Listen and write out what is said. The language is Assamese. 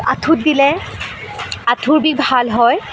আঁঠুত দিলে আঁঠুৰ বিষ ভাল হয়